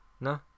No